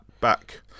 back